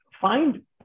find